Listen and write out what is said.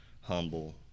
humble